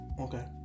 Okay